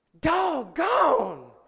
Doggone